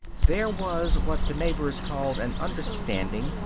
there was what the neighbors called an understanding,